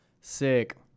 Sick